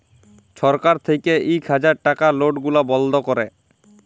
ছরকার থ্যাইকে ইক হাজার টাকার লট গুলা বল্ধ ক্যরে